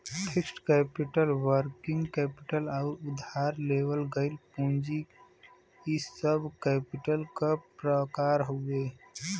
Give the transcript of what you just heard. fixed capital working capital आउर उधार लेवल गइल पूंजी इ सब कैपिटल क प्रकार हउवे